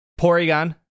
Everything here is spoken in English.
Porygon